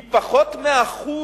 הוא פחות מ-1%